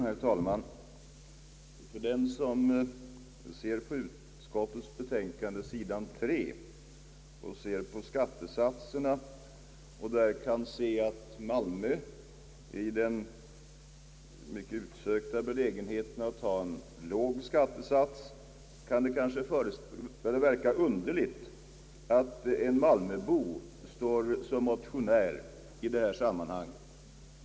Herr talman! För den som läser skattesatserna på sid. 3 i utskottets utlåtande och där kan se, att Malmö stad befinner sig i den lyckliga belägenheten att ha en låg skattesats, kan det kanske verka underligt att en malmöbo står som en bland motionärerna i detta sammanhang.